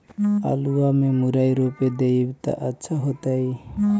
आलुआ में मुरई रोप देबई त अच्छा होतई?